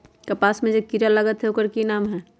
कपास में जे किरा लागत है ओकर कि नाम है?